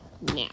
now